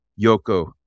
Yoko